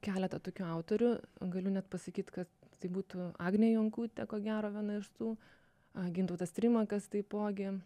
keletą tokių autorių galiu net pasakyt kad tai būtų agnė jonkutė ko gero viena iš tų gintautas trimakas taipogi